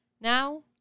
Now